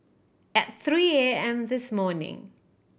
at three A M this morning